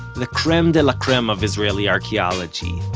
the creme de la creme of israeli archeology.